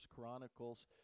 Chronicles